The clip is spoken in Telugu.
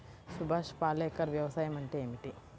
సుభాష్ పాలేకర్ వ్యవసాయం అంటే ఏమిటీ?